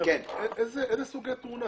איזה סוגי תאונה?